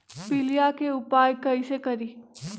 पीलिया के उपाय कई से करी?